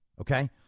Okay